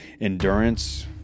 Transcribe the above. endurance